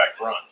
run